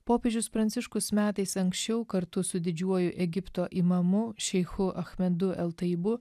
popiežius pranciškus metais anksčiau kartu su didžiuoju egipto imamu šeichu achmedu eltaibu